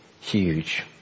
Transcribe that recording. huge